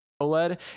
OLED